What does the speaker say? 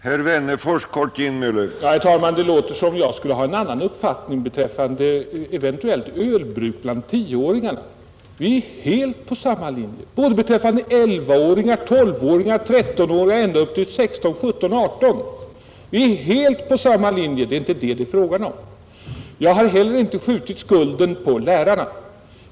Herr talman! Det låter som om jag skulle ha en annan uppfattning beträffande ölbruket bland tolvåringar. Vi är helt på samma linje, även beträffande elvaåringar, tolvåringar, trettonåringar och ända upp till sexton-, sjuttonoch artonåringar. Det är inte det som det är fråga om. Jag har heller inte skjutit skulden på lärarna.